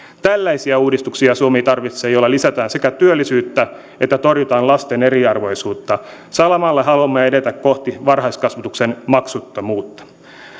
tällaisia uudistuksia suomi tarvitsee joilla lisätään sekä työllisyyttä että torjutaan lasten eriarvoisuutta samalla haluamme edetä kohti varhaiskasvatuksen maksuttomuutta